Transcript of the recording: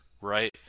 right